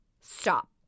Stop